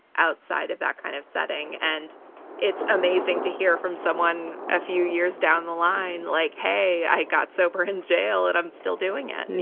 outside of that kind of setting. and it's amazing to hear from someone a few years down the line like, hey, i got sober in jail and i'm still doing it. and